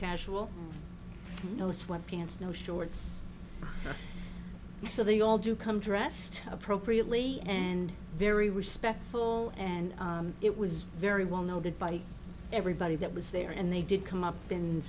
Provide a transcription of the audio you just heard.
casual no sweat pants no shorts so they all do come dressed appropriately and very respectful and it was very well noted by everybody that was there and they did come up